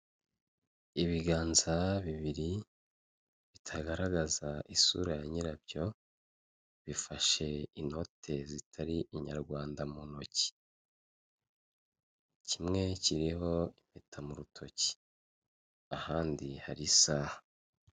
Ibiganza bibiri bitagaragaza isura ya nyirabyo, bifashe inote zitari inyarwanda mu ntoki. Kimwe kiriho impeta mu rutoki ahandi hari isaha.